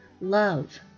love